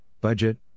Budget